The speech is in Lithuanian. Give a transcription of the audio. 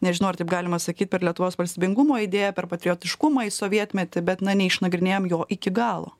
nežinau ar taip galima sakyt per lietuvos valstybingumo idėją per patriotiškumą į sovietmetį bet na neišnagrinėjam jo iki galo